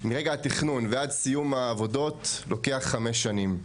מרגע התכנון ועד סיום העבודות לוקח 5 שנים.